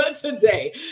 today